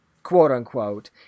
quote-unquote